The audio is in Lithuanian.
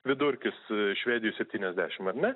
vidurkis su švedija septyniasdešim ar ne